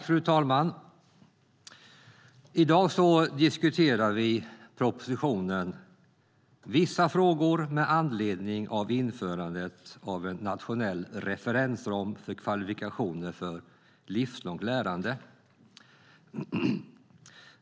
Fru talman! I dag diskuterar vi propositionen Vissa frågor med anledning av införandet av en nationell referensram för kvalifikationer för livslångt lärande .